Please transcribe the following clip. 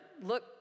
look